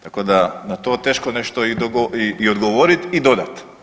Tako da na to teško nešto i odgovorit i dodat.